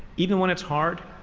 even when it's hard,